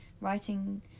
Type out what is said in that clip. writing